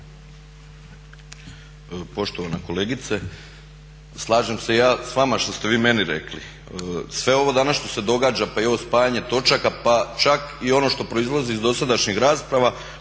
Poštovana kolegice, slažem se ja sa vama što ste vi meni rekli. Sve ovo danas što se događa, pa i ovo spajanje točaka, pa čak i ono što proizlazi iz dosadašnjih rasprava